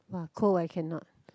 !wah! cold I cannot